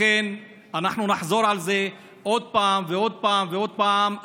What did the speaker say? לכן אנחנו נחזור על זה עוד פעם ועוד פעם ועוד פעם,